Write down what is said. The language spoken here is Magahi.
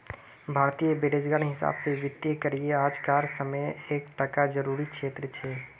भारतीय बाजारेर हिसाब से वित्तिय करिएर आज कार समयेत एक टा ज़रूरी क्षेत्र छे